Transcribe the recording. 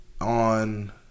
on